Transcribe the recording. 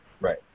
Right